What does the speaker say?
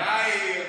יאיר,